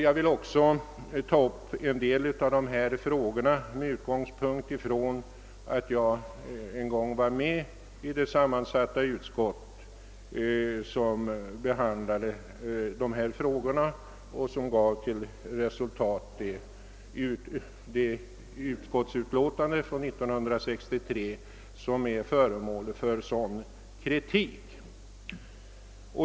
Jag vill också ta upp en del av frågorna med utgångspunkt från att jag en gång var ledamot av det sammansatta utskott som behandlade dessa frågor och som framlade det utskottsutlåtande från 1963 som här är föremål för sådan kritik.